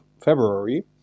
February